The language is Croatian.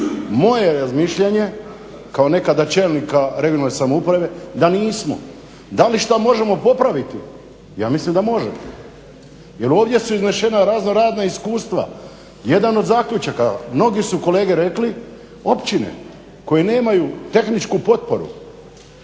je razmišljanje kao nekada čelnika regionalne samouprave da nismo. Da li šta možemo popraviti? Ja mislim da možemo. Jer ovdje su iznešena razno razna iskustva. Jedan od zaključaka, mnogi su kolege rekli općine koje nemaju tehničku potporu